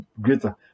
greater